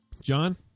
John